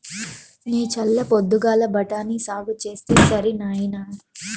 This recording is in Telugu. నీ చల్ల పొద్దుగాల బఠాని సాగు చేస్తే సరి నాయినా